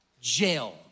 jail